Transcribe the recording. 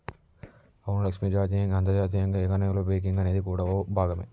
అవును లక్ష్మి జాతీయంగా అంతర్జాతీయంగా ఎకానమీలో బేంకింగ్ అనేది కూడా ఓ భాగమే